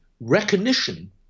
recognition